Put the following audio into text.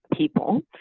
people